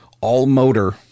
all-motor